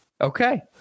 Okay